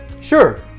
Sure